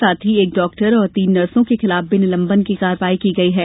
साथ ही एक डाक्टर और तीन नर्सो के खिलाफ भी निलम्बन की कार्रवाई की गई है